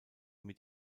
mit